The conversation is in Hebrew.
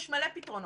יש מלא פתרונות.